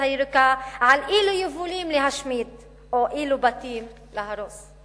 הירוקה על אילו יבולים להשמיד או אילו בתים להרוס,